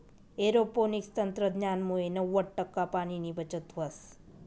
aeroponics तंत्रज्ञानमुये नव्वद टक्का पाणीनी बचत व्हस